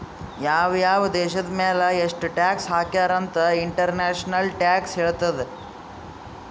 ಯಾವ್ ಯಾವ್ ದೇಶದ್ ಮ್ಯಾಲ ಎಷ್ಟ ಟ್ಯಾಕ್ಸ್ ಹಾಕ್ಯಾರ್ ಅಂತ್ ಇಂಟರ್ನ್ಯಾಷನಲ್ ಟ್ಯಾಕ್ಸ್ ಹೇಳ್ತದ್